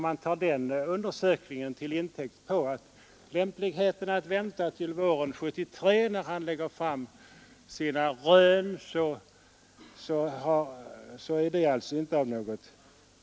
Att ta den undersökningen till intäkt för att hävda lämpligheten av att vänta till våren 1973, när han beräknas lägga fram sina rön, är alltså värdelöst.